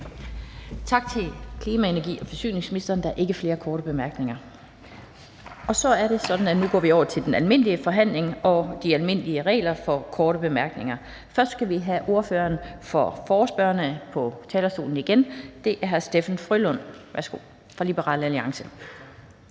Tak til klima-, energi- og forsyningsministeren. Der er ikke flere korte bemærkninger. Så er det sådan, at vi nu går over til den almindelige forhandling og de almindelige regler for korte bemærkninger. Først skal vi have ordføreren for forespørgerne på talerstolen igen, og det er hr. Steffen W. Frølund fra Liberal Alliance.